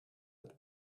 het